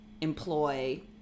employ